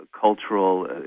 cultural